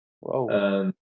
Wow